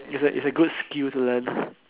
it is it is a good skill to learn